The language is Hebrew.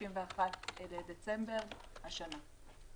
ב-31 בדצמבר השנה.